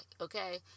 Okay